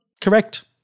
Correct